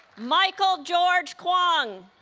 michael george kwong